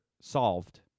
solved